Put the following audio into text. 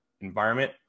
environment